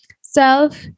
Self